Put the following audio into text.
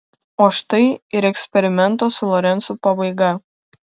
o štai ir eksperimento su lorencu pabaiga